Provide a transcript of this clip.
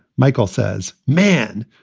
michael says, man,